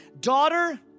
daughter